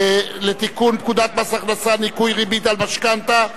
לתיקון פקודת מס הכנסה (ניכוי ריבית על משכנתה),